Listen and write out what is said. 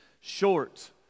short